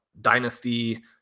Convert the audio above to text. dynasty